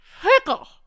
fickle